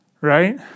right